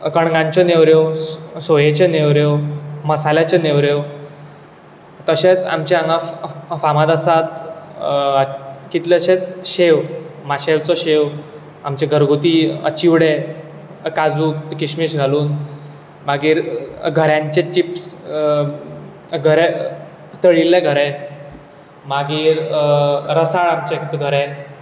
कणगांच्यो नेवऱ्यो सोयीच्यो नेवऱ्यो मसाल्याच्यो नेवऱ्यो तशेंच आमचें हांगा फामाद आसात कितलेशेंच शेव माशेलचो शेव आमचे घरगुती चिवडे काजू खिशमीश घालून मागीर घऱ्यांचे चिप्स घरे तळिल्ले घरे मागीर रसाळ आमचे घरे